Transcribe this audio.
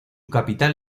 capital